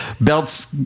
belts